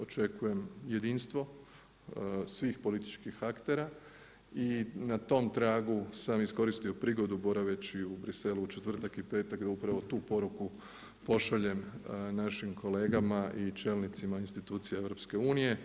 Očekujem jedinstvo svih političkih aktera i na tom tragu sam iskoristio prigodu boraveći u Bruxellesu u četvrtak i petak da upravo tu poruku pošaljem našim kolegama i čelnicima institucija EU.